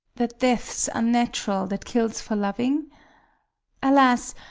that death's unnatural that kills for loving alas,